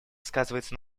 сказывается